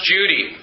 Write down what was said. Judy